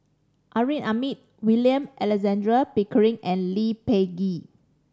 Amrin Amin William Alexander Pickering and Lee Peh Gee